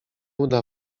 uda